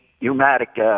pneumatic